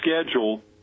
schedule